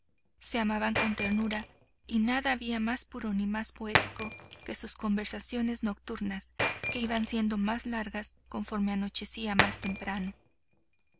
se amaban con ternura y nada había más puro ni más poético que sus conversaciones nocturnas que iban siendo más largas conforme anochecía más temprano